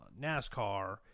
nascar